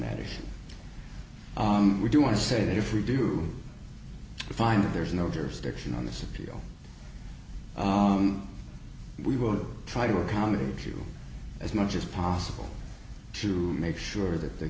that issue we do want to say that if we do find that there is no jurisdiction on the supreme we will try to accommodate you as much as possible to make sure that the